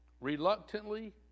Reluctantly